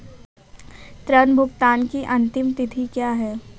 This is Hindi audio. ऋण भुगतान की अंतिम तिथि क्या है?